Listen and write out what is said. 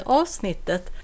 avsnittet